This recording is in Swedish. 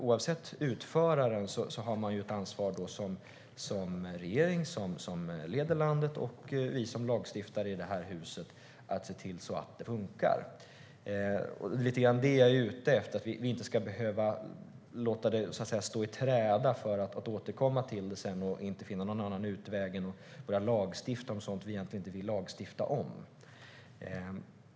Oavsett utförare har regeringen som leder landet och vi som lagstiftar i detta hus ett ansvar för att se till att det funkar. Det jag är ute efter är att vi inte ska behöva låta det stå i träda för att sedan återkomma till det och inte finna någon annan utväg än att börja lagstifta om sådant vi egentligen inte vill lagstifta om.